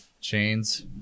chains